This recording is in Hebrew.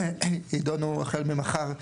החל ממחר,